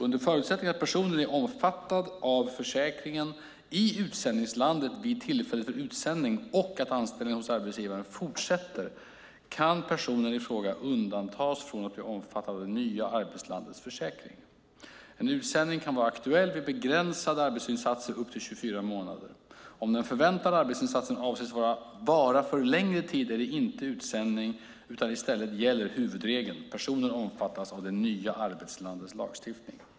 Under förutsättning att personen är omfattad av försäkringen i utsändningslandet vid tillfället för utsändning och att anställningen hos arbetsgivaren fortsätter kan personen i fråga undantas från att bli omfattad av det nya arbetslandets försäkring. En utsändning kan vara aktuell vid begränsade arbetsinsatser upp till 24 månader. Om den förväntade arbetsinsatsen avses vara för längre tid är det inte utsändning. I stället gäller huvudregeln, nämligen att personen omfattas av det nya arbetslandets lagstiftning.